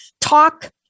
Talk